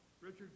Richard